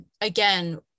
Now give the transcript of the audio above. again